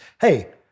Hey